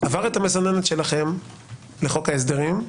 עבר את המסננת שלכם לחוק ההסדרים,